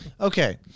Okay